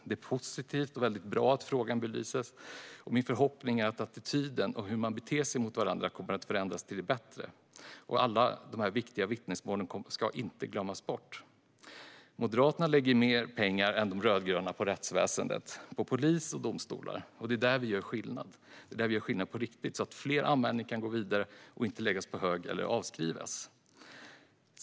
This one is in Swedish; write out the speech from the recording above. Det är positivt och väldigt bra att frågan belyses, och min förhoppning är att attityden och hur man beter sig mot varandra kommer att förändras till det bättre. Alla de här viktiga vittnesmålen ska inte glömmas bort. Moderaterna lägger mer pengar än de rödgröna på rättsväsendet - på polis och domstolar. Det är där vi gör skillnad på riktigt så att fler anmälningar kan gå vidare och inte läggas på hög eller avskrivas.